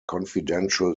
confidential